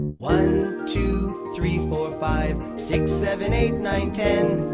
one two three four five, six seven eight nine ten.